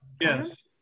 Yes